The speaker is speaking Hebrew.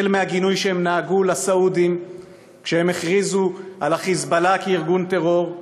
החל בגינוי לסעודים כשהם הכריזו על ה"חיזבאללה" כארגון טרור,